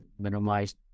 minimize